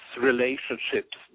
relationships